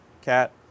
Cat